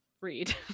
read